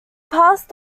passed